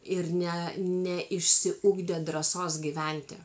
ir ne ne išsiugdė drąsos gyventi